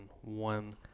one